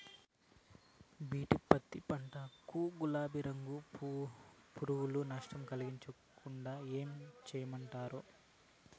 BT పత్తి పంట కు, గులాబీ రంగు పులుగులు నష్టం కలిగించకుండా ఏం చేయమంటారు?